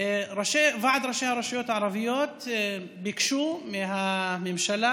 ועד ראשי הרשויות הערביות ביקשו מהממשלה